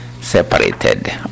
separated